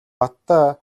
баттай